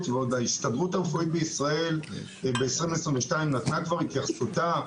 ההסתדרות הרפואית נתנה כבר את התייחסותה ב-2022,